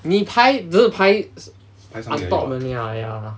你拍只是拍 on top only ah ya